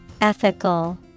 Ethical